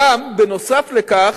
נוסף על כך,